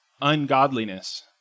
ungodliness